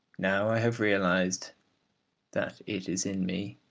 now i have realised that it is in me,